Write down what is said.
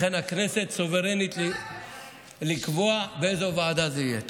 לכן הכנסת סוברנית לקבוע באיזו ועדה זה יהיה.